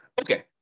Okay